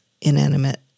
inanimate